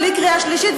בלי קריאה שלישית,